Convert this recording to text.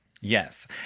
Yes